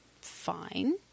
fine